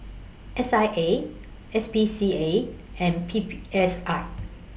S I A S P C A and P P S I